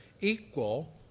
equal